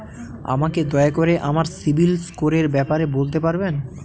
আমাকে দয়া করে আমার সিবিল স্কোরের ব্যাপারে বলতে পারবেন?